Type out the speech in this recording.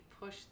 push